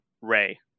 Ray